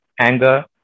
anger